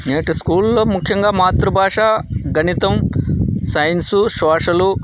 నేటి స్కూల్లో ముఖ్యంగా మాతృభాష గణితం సైన్స్ సోషల్